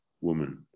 woman